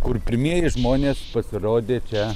kur pirmieji žmonės pasirodė čia